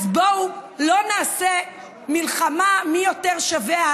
אז בואו לא נעשה מלחמה מי יותר שווה,